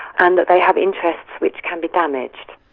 and that they have interests which can be damaged.